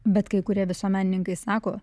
bet kai kurie visuomenininkai sako